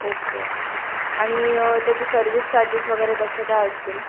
okay आणि त्याचे service charges वगैरे कसे काय असतील